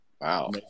Wow